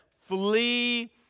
flee